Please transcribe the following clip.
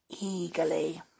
eagerly